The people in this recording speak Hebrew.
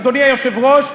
אדוני היושב-ראש,